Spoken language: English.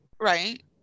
Right